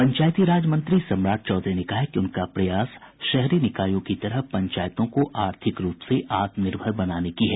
पंचायती राज मंत्री सम्राट चौधरी ने कहा है कि उनका प्रयास शहरी निकायों की तरह पंचायतों को आर्थिक रूप से आत्मनिर्भर बनाने की है